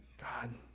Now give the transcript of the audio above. God